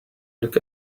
look